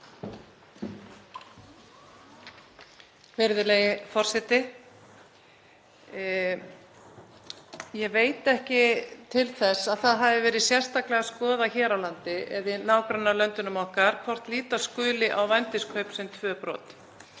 Virðulegi forseti. Ég veit ekki til þess að það hafi verið sérstaklega skoðað hér á landi eða í nágrannalöndum okkar hvort líta skuli á vændiskaup sem tvö brot